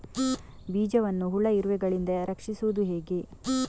ಬೀಜವನ್ನು ಹುಳ, ಇರುವೆಗಳಿಂದ ರಕ್ಷಿಸುವುದು ಹೇಗೆ?